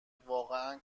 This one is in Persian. واقعا